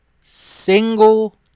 single